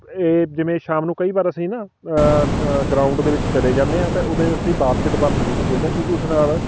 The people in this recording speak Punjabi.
ਇਹ ਜਿਵੇਂ ਸ਼ਾਮ ਨੂੰ ਕਈ ਵਾਰ ਅਸੀਂ ਨਾ ਗਰਾਊਂਡ ਦੇ ਵਿੱਚ ਚਲੇ ਜਾਂਦੇ ਹਾਂ ਤਾਂ ਉੱਥੇ ਅਸੀਂ ਬਾਸਕਿਟਬਾਲ ਜ਼ਰੂਰ ਖੇਡਦੇ ਹਾਂ ਕਿਉਂਕਿ ਉਸ ਨਾਲ